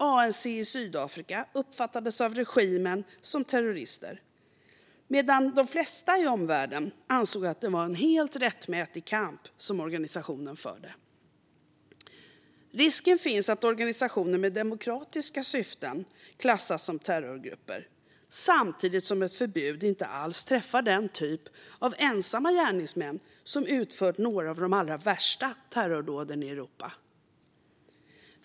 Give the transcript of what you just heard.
ANC i Sydafrika uppfattades av regimen som terrorister, medan de flesta i omvärlden ansåg att organisationen förde en helt rättmätig kamp. Risken finns att organisationer med demokratiska syften klassas som terrorgrupper, samtidigt som ett förbud inte alls träffar den typ av ensamma gärningsmän som utfört några av de allra värsta terrordåden i Europa.